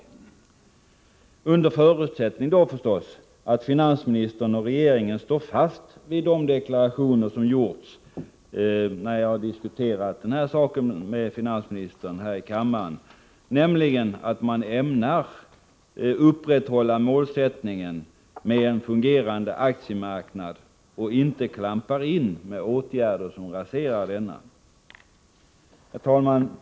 Det gäller förstås under förutsättning att finansministern och regeringen står fast vid de deklarationer som avgetts i samband med att jag diskuterat den här saken med finansministern här i kammaren — nämligen att man ämnar stå fast vid målsättningen att upprätthålla en fungerande aktiemarknad och att man således inte ”klampar in” med åtgärder som raserar denna. Herr talman!